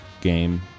game